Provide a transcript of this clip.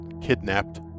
kidnapped